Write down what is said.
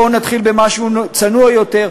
בואו נתחיל במשהו צנוע יותר,